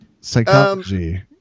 psychology